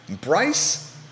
Bryce